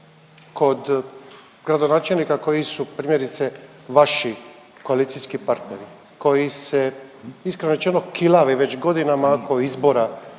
kod gradonačelnika koji su primjerice vaši koalicijski partneri koji se iskreno rečeno kilave već godinama oko izbora